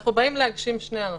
אנחנו באים להגשים שני ערכים: